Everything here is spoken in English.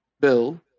Bill